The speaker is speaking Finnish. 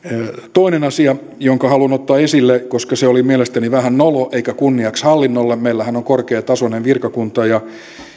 toinen asia jonka haluan ottaa esille koska se oli mielestäni vähän nolo eikä kunniaksi hallinnolle meillähän on korkeatasoinen virkakunta